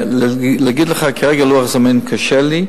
להגיד לך כרגע לוח זמנים קשה לי,